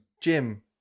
Jim